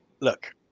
look